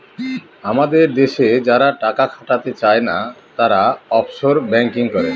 আমাদের দেশে যারা টাকা খাটাতে চাই না, তারা অফশোর ব্যাঙ্কিং করে